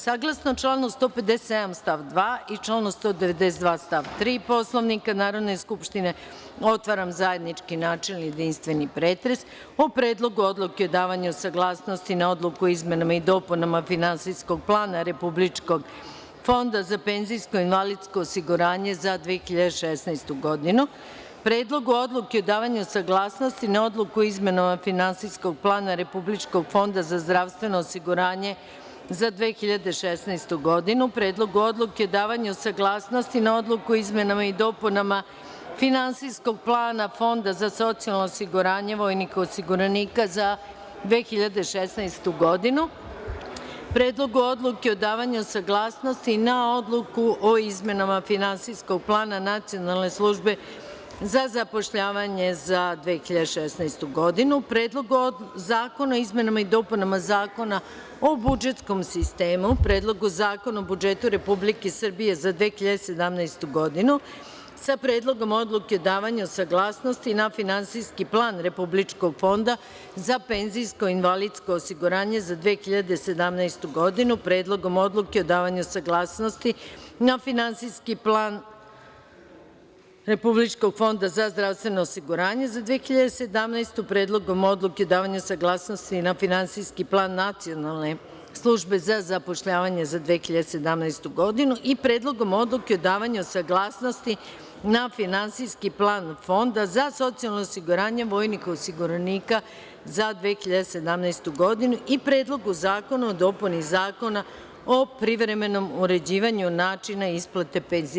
Saglasno članu 157. stav 2. i članu 192. stav 3. Poslovnika Narodne skupštine otvaram zajednički, načelni i jedinstveni pretres o Predlogu odluke davanja saglasnosti na Odluku o izmenama i dopunama Finansijskog plana Republičkog fonda za penzijsko i invalidsko osiguranje za 2016. godinu, Predlogu odluke o davanju saglasnosti na Odluku o izmenama Finansijskog plana Republičkog fonda za zdravstveno osiguranje za 2016. godinu, Predlogu odluke o davanju saglasnosti na Odluku o izmenama i dopunama Finansijskog plana Fonda za socijalno osiguranje vojnih osiguranika za 2016. godinu, Predlogu odluke o davanju saglasnosti na Odluku o izmenama Finansijskog plana Nacionalne službe za zapošljavanje za 2016. godinu, Predlogu zakona o izmenama i dopunama Zakona o budžetskom sistemu, Predlogu zakona o budžetu Republike Srbije za 2017. godinu sa Predlogom odluke o davanju saglasnosti na Finansijski plan Republičkog fonda za PIO za 2017. godinu, Predlogom odluke o davanju saglasnosti na Finansijski plan Republičkog fonda za zdravstveno osiguranje za 2017. godinu, Predlogom odluke o davanju saglasnosti na Finansijski plan Nacionalne službe za zapošljavanje za 2017. godinu i Predlogom odluke o davanju saglasnosti na Finansijski plan Fonda za socijalno osiguranje vojnih osiguranika za 2017. godinu i Predlogu zakona o dopuni Zakona o privremenom uređivanju načina isplata penzije.